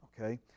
okay